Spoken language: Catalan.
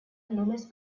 només